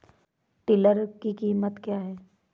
Tiller की कीमत क्या है?